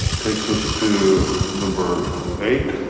takes us to number eight.